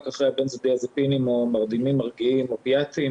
אחרי הבנזודיאזפינים או מרדימים מרגיעים אופיאטיים